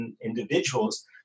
individuals